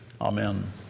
Amen